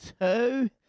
two